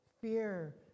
fear